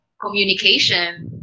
communication